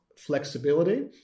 flexibility